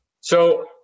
So-